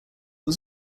was